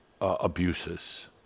abuses